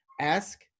ask